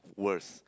worst